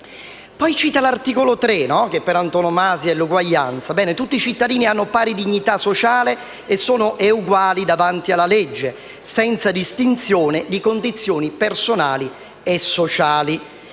si cita l'articolo 3 che, per antonomasia, è l'articolo sull'uguaglianza: «Tutti i cittadini hanno pari dignità sociale e sono eguali davanti alla legge, senza distinzione (...) di condizioni personali e sociali.